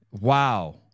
Wow